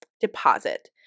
Deposit